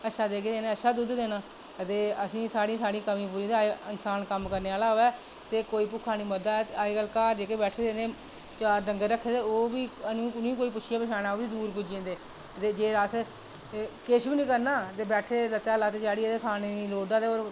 अच्छा देगे ते इनें अच्छा दुद्ध देना ते असें ई साढ़ी कमी पूरी ते इन्सान कम्म करने आह्ला होऐ ते कोई भुक्खा निं मरदा ऐ ते अज्जकल घर जेह्के बैठे दे चार डंगर रक्खे दे ओह्बी उ'नेंगी पुच्छियै ओह्बी दूर पुज्जी जंदे ते जे अस किश बी निं करना ते बैठे दे लत्तै उप्पर लत्त चाढ़ियै ते खानै गी ते लोड़दा